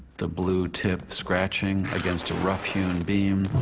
the blue tip scratching against rough-hewn beam,